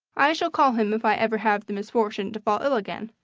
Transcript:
i shall call him if i ever have the misfortune to fall ill again.